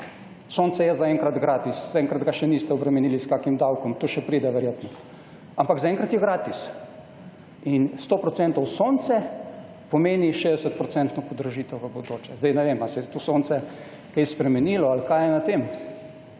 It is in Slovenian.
Sonce je zaenkrat gratis, zaenkrat ga še niste obremenili s kakim davkom, to še pride, verjetno, ampak zaenkrat je gratis. In 100 % sonce pomeni 60 % podražitev v bodoče. Zdaj ne vem, ali se je to sonce kaj spremenilo ali kaj je na tem.